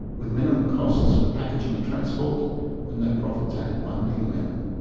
with minimal costs for packaging and transport and no profits added by middle men.